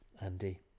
Andy